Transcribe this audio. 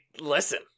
listen